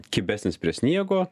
kibesnis prie sniego